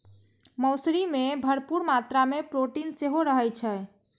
मौसरी मे भरपूर मात्रा मे प्रोटीन सेहो रहै छै